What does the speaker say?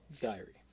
diary